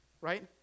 right